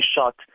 shot